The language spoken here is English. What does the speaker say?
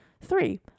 Three